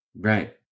Right